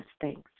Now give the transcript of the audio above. Thanks